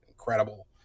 Incredible